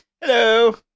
Hello